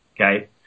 Okay